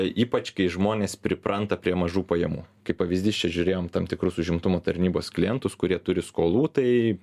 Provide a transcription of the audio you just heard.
ypač kai žmonės pripranta prie mažų pajamų kaip pavyzdys čia žiūrėjom tam tikrus užimtumo tarnybos klientus kurie turi skolų tai